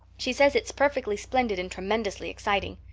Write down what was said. she says it's perfectly splendid and tremendously exciting.